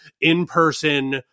in-person